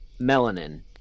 melanin